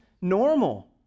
normal